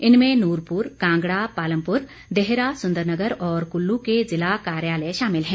इनमें नूरपुर कांगड़ा पालमपुर देहरा सुंदरनगर और कुल्लू के ज़िला कार्यालय शामिल हैं